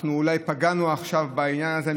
אנחנו אולי פגענו עכשיו בעניין הזה,